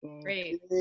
Great